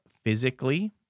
physically